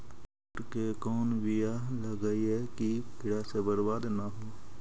बुंट के कौन बियाह लगइयै कि कीड़ा से बरबाद न हो?